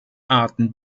arten